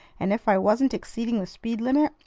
and if i wasn't exceeding the speed-limit,